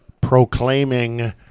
proclaiming